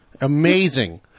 Amazing